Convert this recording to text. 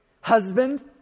husband